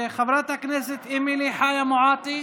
חברת הכנסת אמילי חיה מואטי,